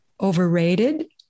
overrated